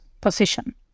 position